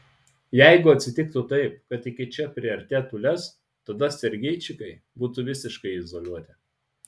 jeigu atsitiktų taip kad iki čia priartėtų lez tada sergeičikai būtų visiškai izoliuoti